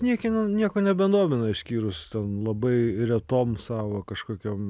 niekieno nieko nebedomina išskyrus labai retom savo kažkokiom